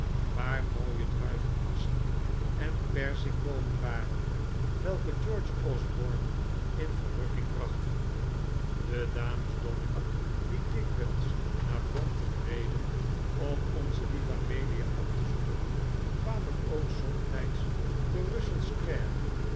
waar mooie druivenkassen en perzikboomen waren welke george osborne in verrukking brachten de dames dobbin die dikwijls naar brompton reden om onze lieve amelia op te zoeken kwamen ook somtijds te russell square